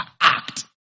act